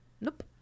nope